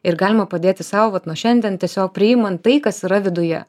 ir galima padėti sau vat nuo šiandien tiesiog priimant tai kas yra viduje